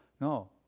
No